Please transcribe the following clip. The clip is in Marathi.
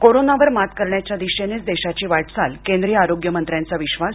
कोरोना वर मात करण्याच्या दिशेनंच देशाची वाटचाल केंद्रीय आरोग्यमंत्र्यांचा विश्वास